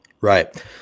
Right